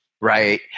right